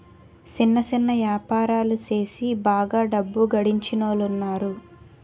సిన్న సిన్న యాపారాలు సేసి బాగా డబ్బు గడించినోలున్నారు